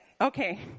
okay